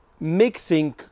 Mixing